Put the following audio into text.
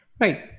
Right